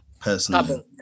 personally